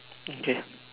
okay ah